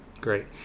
great